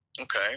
Okay